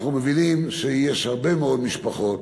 אנחנו מבינים שיש הרבה מאוד משפחות